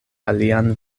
alian